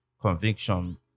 conviction